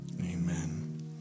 Amen